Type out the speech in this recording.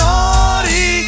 Naughty